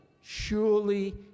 surely